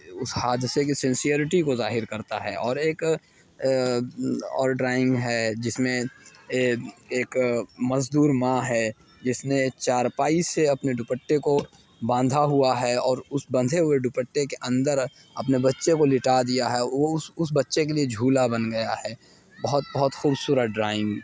اس حادثہ کی سنسیرٹی کو ظاہر کرتا ہے اور ایک اور ڈرائنگ ہے جس میں اے ایک ایک مزدور ماں ہے جس نے چار پائی سے اپنے دوپٹہ کو باندھا ہوا ہے اور اس بندھے ہوئے دوپٹے کے اندر اپنے بچہ کو لٹا دیا ہے وہ اس اس بچہ کے لیے جھولا بن گیا ہے بہت بہت خوبصورت ڈرائنگ